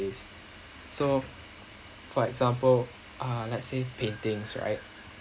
is so for example let's say paintings right